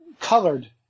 colored